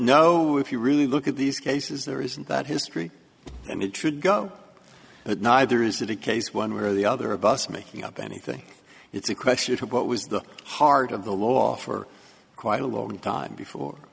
we've you really look at these cases there isn't that history and it should go up but neither is it a case one way or the other a bus making up anything it's a question of what was the heart of the law for quite a long time before